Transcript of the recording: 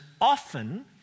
often